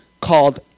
called